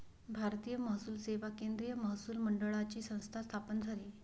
भारतीय महसूल सेवा केंद्रीय महसूल मंडळाची संस्था स्थापन झाली